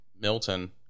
Milton